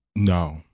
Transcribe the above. No